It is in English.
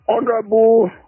Honorable